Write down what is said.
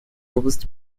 области